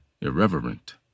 Irreverent